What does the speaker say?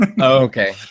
Okay